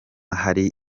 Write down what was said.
hari